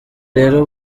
rero